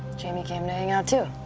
jamie came to hang out, too.